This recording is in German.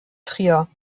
trier